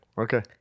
Okay